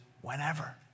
whenever